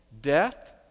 death